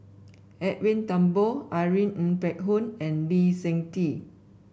Edwin Thumboo Irene Ng Phek Hoong and Lee Seng Tee